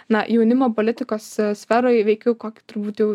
na jaunimo politikos sferoje veikiu kokį turbūt jau